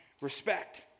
respect